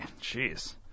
Jeez